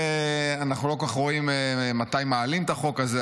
אנחנו לא כל כך רואים מתי מעלים את החוק הזה.